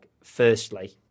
firstly